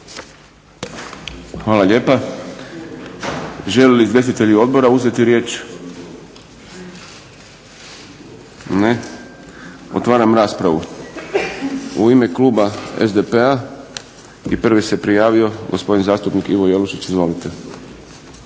Hvala lijepa. Žele li izvjestitelji odbora uzeti riječ? Ne. Otvaram raspravu. U ime kluba SDP-a i prvi se prijavio gospodin zastupnik Ivo Jelušić. Izvolite.